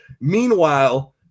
Meanwhile